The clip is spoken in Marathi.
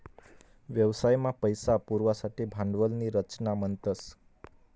व्यवसाय मा पैसा पुरवासाठे भांडवल नी रचना म्हणतस